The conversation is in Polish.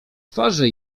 twarzy